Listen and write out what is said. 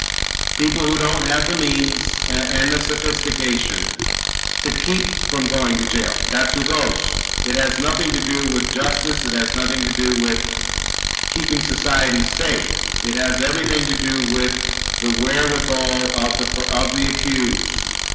people who don't have the means and the sophistication to keep from going to jail that's who goes it has nothing to do with justice it has nothing to do with keeping society safe it has everything to do with the wherewithal of the poor of the accused